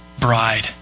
bride